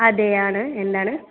അതെ ആണ് എന്താണ്